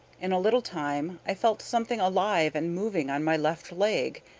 in a little time i felt something alive and moving on my left leg,